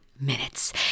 minutes